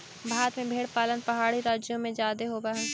भारत में भेंड़ पालन पहाड़ी राज्यों में जादे होब हई